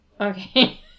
Okay